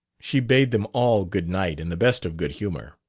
she bade them all goodnight in the best of good humor.